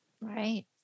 right